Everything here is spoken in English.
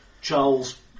Charles